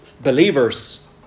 Believers